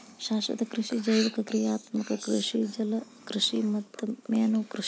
ಶಾಶ್ವತ ಕೃಷಿ ಜೈವಿಕ ಕ್ರಿಯಾತ್ಮಕ ಕೃಷಿ ಜಲಕೃಷಿ ಮತ್ತ ಮೇನುಕೃಷಿ